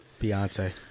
Beyonce